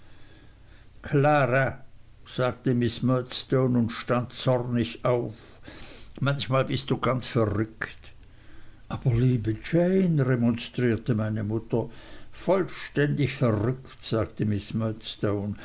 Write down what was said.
klara sagte miß murdstone und stand zornig auf manchmal bist du ganz verrückt aber liebe jane remonstrierte meine mutter vollständig verrückt sagte